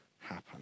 happen